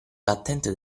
battente